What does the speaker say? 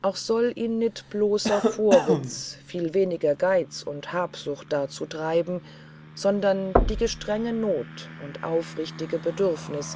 auch soll ihn nit bloßer vorwitz viel weniger geitz und habsucht darzu treiben sondern die gestrenge noth und aufrichtige bedürfniß